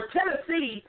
Tennessee